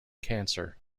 cancer